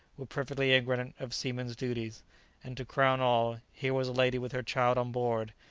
were perfectly ignorant of seamen's duties and, to crown all, here was a lady with her child on board,